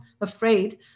afraid